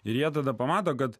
ir jie tada pamato kad